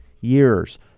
years